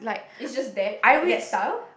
it's just that like that style